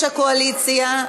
יושב-ראש הקואליציה,